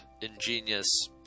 ingenious